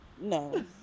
no